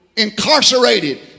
incarcerated